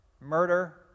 murder